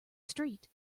street